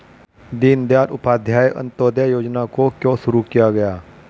दीनदयाल उपाध्याय अंत्योदय योजना को क्यों शुरू किया गया?